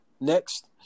Next